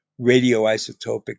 radioisotopic